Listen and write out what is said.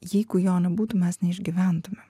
jeigu jo nebūtų mes neišgyventumėm